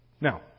Now